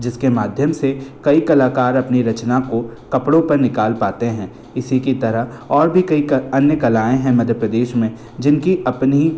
जिसके माध्यम से कई कलाकार अपनी रचना को कपड़ों पर निकाल पाते हैं इसी की तरह और भी कई अन्य कलाएँ हैं मध्य प्रदेश में जिनकी अपनी